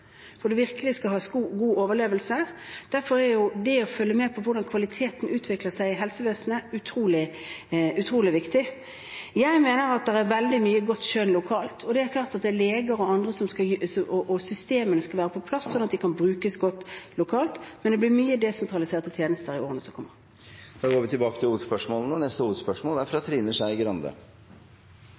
for at det virkelig blir en mulighet til overlevelse. Derfor er det å følge med på hvordan kvaliteten utvikler seg i helsevesenet, utrolig viktig. Jeg mener at det er veldig mye godt skjønn lokalt, og systemene skal være på plass slik at de kan brukes godt lokalt, men det blir mange desentraliserte tjenester i årene som kommer. Vi går videre til neste hovedspørsmål. For akkurat en uke siden holdt justisministeren en redegjørelse om hvordan Norge sikrer seg mot terror. Da jeg etter mitt innlegg gikk ned fra